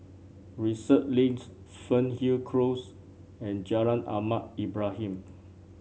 Research Link Fernhill Close and Jalan Ahmad Ibrahim